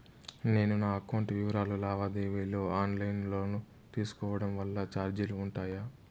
నేను నా అకౌంట్ వివరాలు లావాదేవీలు ఆన్ లైను లో తీసుకోవడం వల్ల చార్జీలు ఉంటాయా?